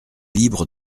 libre